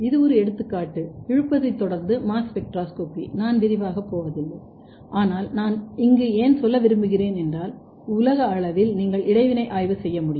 இது ஒரு எடுத்துக்காட்டு இழுப்பதைத் தொடர்ந்து மாஸ் ஸ்பெக்ட்ரோஸ்கோபி நான் விரிவாகப் போவதில்லை ஆனால் நான் இங்கு ஏன் சொல்ல விரும்புகிறேன் என்றால் உலக அளவில் நீங்கள் இடைவினை ஆய்வு செய்ய முடியும்